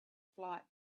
flight